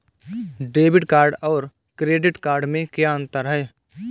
Debit card और credit card में क्या अंतर है?